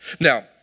Now